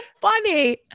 funny